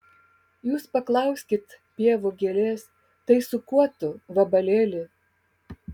jūs paklauskit pievų gėlės tai su kuo tu vabalėli